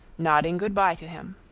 nodding good-by to him.